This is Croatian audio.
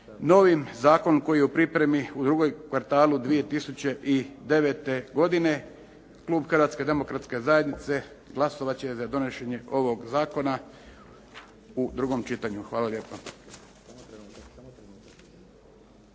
novim zakonom koji je u pripremi u drugom kvartalu 2009. godine. Klub Hrvatske demokratske zajednice glasovat će za donošenje ovog zakona u drugom čitanju. Hvala lijepa.